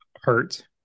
hurt